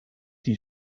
die